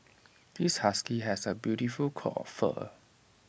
this husky has A beautiful coat of fur